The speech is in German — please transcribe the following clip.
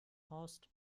brauchst